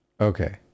Okay